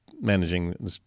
managing